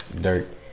Dirt